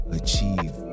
achieve